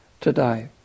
today